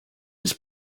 his